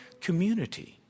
community